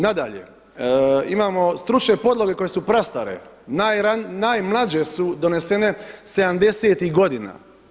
Nadalje, imamo stručne podloge koje su prastare, najmlađe su donesene '70.-tih godina.